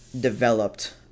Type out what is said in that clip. developed